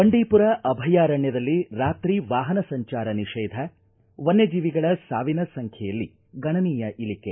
ಬಂಡೀಪುರ ಅಭಯಾರಣ್ಯದಲ್ಲಿ ರಾತ್ರಿ ವಾಹನ ಸಂಜಾರ ನಿಷೇಧ ವನ್ನಜೀವಿಗಳ ಸಾವಿನ ಸಂಖ್ಯೆಯಲ್ಲಿ ಗಣನೀಯ ಇಳಿಕೆ